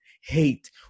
hate